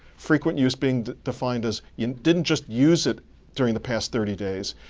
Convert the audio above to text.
frequent use being defined as you didn't just use it during the past thirty days,